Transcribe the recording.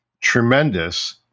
Tremendous